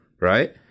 right